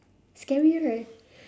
scary right